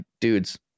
dudes